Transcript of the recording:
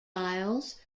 aisles